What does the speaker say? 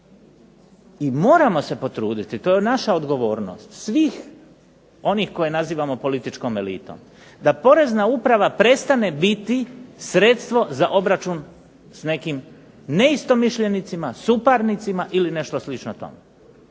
i moramo se potruditi, to je naša odgovornost svih onih koje nazivamo poreznom elitom, da Porezna uprava prestane biti sredstvo za obračun s nekim neistomišljenicima, suparnicima ili nešto slično tome.